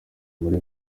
muri